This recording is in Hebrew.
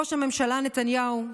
ראש הממשלה נתניהו,